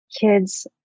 kids